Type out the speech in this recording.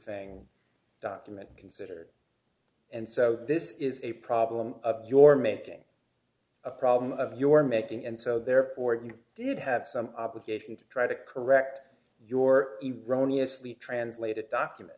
thing document considered and so this is a problem of your making a problem of your making and so therefore you did have some obligation to try to correct your rony asleep translated document